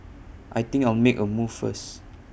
I think I'll make A move first